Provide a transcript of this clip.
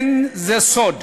אין זה סוד